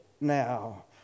now